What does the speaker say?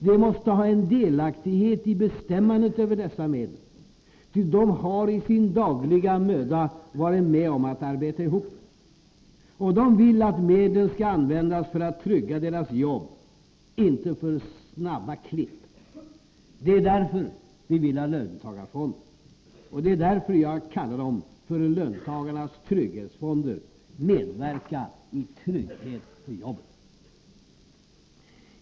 De måste ha en delaktighet i bestämmandet över dessa medel, ty de har i sin dagliga möda varit med om att arbeta ihop dem. Och de vill att medlen skall användas för att trygga deras jobb, inte för snabba klipp. Det är därför vi vill ha löntagarfonder. Det är därför jag kallar dem för löntagarnas trygghetsfonder — de medverkar till trygghet för jobbet.